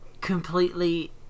completely